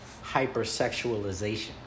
hyper-sexualization